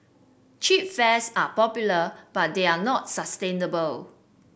cheap fares are popular but they are not sustainable